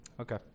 okay